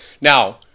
Now